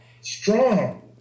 strong